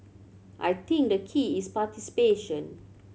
I think the key is participation